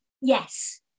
yes